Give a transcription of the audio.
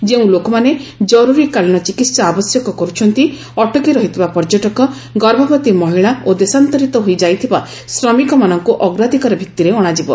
ଯେଉଁ ଲୋକମାନେ ଜରୁରୀକାଳୀନ ଚିକିତ୍ସା ଆବଶ୍ୟକ କରୁଛନ୍ତି ଅଟକି ରହିଥିବା ପର୍ଯ୍ୟଟକ ଗର୍ଭବତୀ ମହିଳା ଓ ଦେଶାନ୍ତରୀତ ହୋଇ ଯାଇଥିବା ଶ୍ରମିକମାନଙ୍କୁ ଅଗ୍ରାଧିକାର ଭିତ୍ତିରେ ଅଣାଯିବ